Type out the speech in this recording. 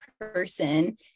person